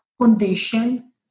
condition